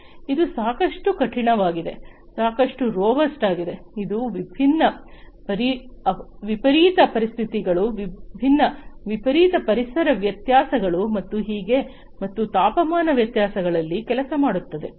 ಇದು ಸಾಕಷ್ಟು ಕಠಿಣವಾಗಿದೆ ಸಾಕಷ್ಟು ರೊಬಸ್ಟ್ ಆಗಿದೆ ಇದು ವಿಭಿನ್ನ ವಿಪರೀತ ಪರಿಸ್ಥಿತಿಗಳು ವಿಭಿನ್ನ ವಿಪರೀತ ಪರಿಸರ ವ್ಯತ್ಯಾಸಗಳು ಮತ್ತು ಹೀಗೆ ಮತ್ತು ತಾಪಮಾನ ವ್ಯತ್ಯಾಸಗಳಲ್ಲಿ ಕೆಲಸ ಮಾಡುತ್ತದೆ